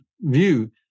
view